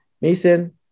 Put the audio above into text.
Mason